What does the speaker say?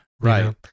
Right